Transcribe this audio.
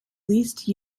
least